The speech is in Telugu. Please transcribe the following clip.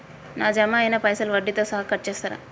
నా జమ అయినా పైసల్ వడ్డీతో సహా కట్ చేస్తరా?